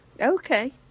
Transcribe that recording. Okay